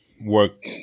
work